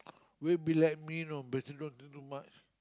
will be like me you know better don't do too much